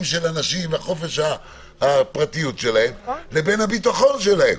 של האנשים לחופש הפרטיות שלהם לבין הביטחון שלהם.